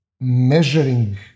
measuring